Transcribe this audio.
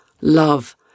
love